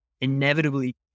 inevitably